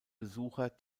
besucher